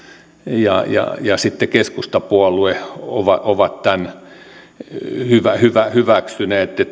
ja keskustapuolue ovat ovat tämän hyväksyneet